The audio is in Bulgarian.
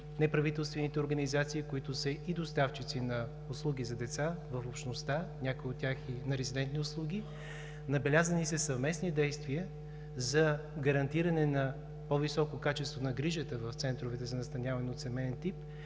неправителствените организации, които са и доставчици на услуги за деца в общността, някои от тях и на резидентни услуги. Набелязани са съвместни действия за гарантиране на по-високо качество на грижата в центровете за настаняване от семеен тип